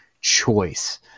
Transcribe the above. choice